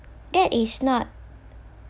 that is not